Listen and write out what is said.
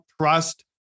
trust